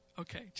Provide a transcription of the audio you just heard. okay